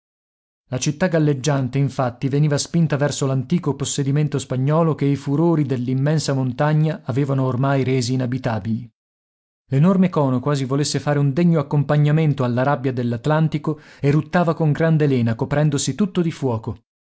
la città galleggiante infatti veniva spinta verso l'antico possedimento spagnolo che i furori dell'immensa montagna avevano ormai resi inabitabili l'enorme cono quasi volesse fare un degno accompagnamento alla rabbia dell'atlantico eruttava con gran lena coprendosi tutto di fuoco